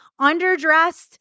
underdressed